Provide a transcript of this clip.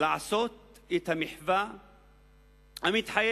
לעשות את המחווה המתחייבת